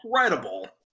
incredible